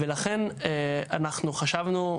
ולכן אנחנו חשבנו,